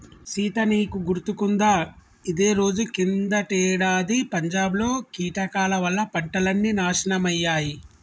సీత నీకు గుర్తుకుందా ఇదే రోజు కిందటేడాది పంజాబ్ లో కీటకాల వల్ల పంటలన్నీ నాశనమయ్యాయి